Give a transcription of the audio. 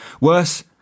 Worse